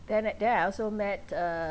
then then I also met uh